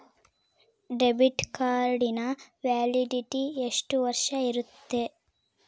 Debit ಕಾರ್ಡಿನ validity ಎಷ್ಟು ವರ್ಷ ಇರುತ್ತೆ?